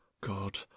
god